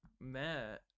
Matt